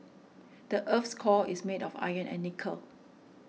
the earth's core is made of iron and nickel